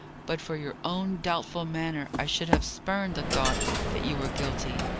but for your own doubtful manner, i should have spurned the thought that you were guilty.